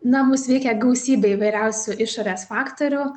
na mus veikia gausybė įvairiausių išorės faktorių